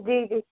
जी जी